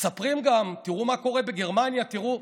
מספרים גם: תראו מה קורה בגרמניה, תראו.